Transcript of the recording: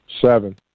Seven